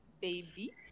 Baby